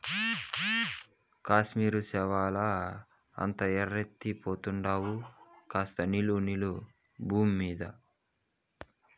కాశ్మీరు శాలువా అంటే ఎర్రెత్తి పోతండావు కాస్త నిలు నిలు బూమ్మీద